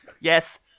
Yes